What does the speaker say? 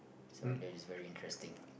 so that's very interesting